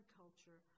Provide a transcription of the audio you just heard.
culture